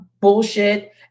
bullshit